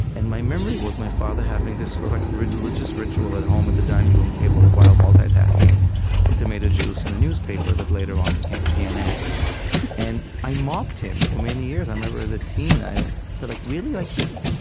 and my memory was my father having this like religious ritual at home at the dining room table while multitasking with tomato juice and a newspaper that later on became cnn and i mocked him for many years. i remember as a teen i said, like, really? like